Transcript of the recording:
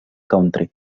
country